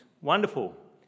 wonderful